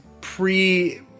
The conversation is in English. pre